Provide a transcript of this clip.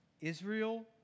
Israel